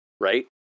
Right